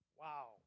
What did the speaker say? Wow